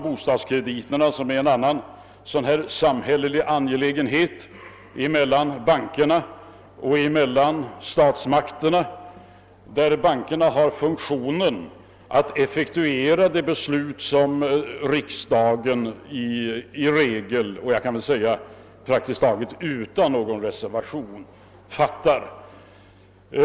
Bostadskrediterna är också en sådan samhällelig angelägenhet som berör både bankerna och statsmakterna. Bankerna har här till uppgift att effektuera de beslut som riksdagen — i regel utan reservation — fattar.